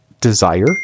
desire